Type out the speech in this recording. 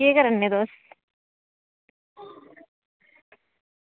केह् करा ने तुस